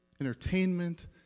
entertainment